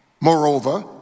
Moreover